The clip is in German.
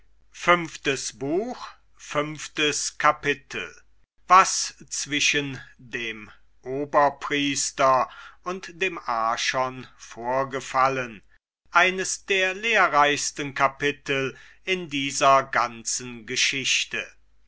kapitel was zwischen dem oberpriester und dem archon vorgefallen eines der lehrreichsten kapitel in dieser ganzen geschichte